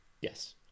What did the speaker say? Yes